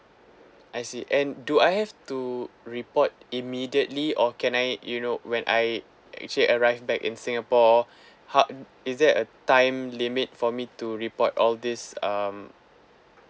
I see and do I have to report immediately or can I you know when I actually arrive back in singapore how uh is there a time limit for me to report all these um